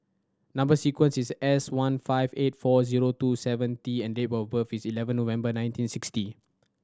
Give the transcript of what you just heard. number sequence is S one five eight four zero two seven T and date of birth is eleven November nineteen sixty